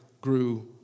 grew